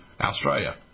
Australia